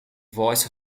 voice